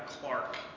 Clark